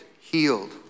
healed